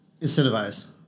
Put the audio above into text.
Incentivize